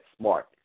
Smart